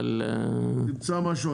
תמצא משהו.